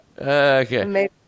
Okay